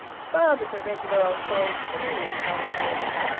father's a regular old tory too, charlie grinned.